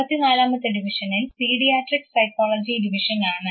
അമ്പത്തിനാലാമത്തെ ഡിവിഷനിൽ paediatric psychology ഡിവിഷനാണ്